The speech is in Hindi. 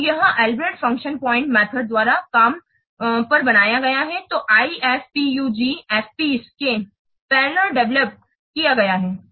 तो यह अल्ब्रेक्ट फंक्शन पॉइंट मेथड द्वारा काम पर बनाया गया है इसे IFPUG FPs के पैरेलल डेवेलोप किया गया है